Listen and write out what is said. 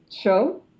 show